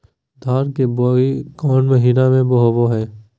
धान की बोई कौन महीना में होबो हाय?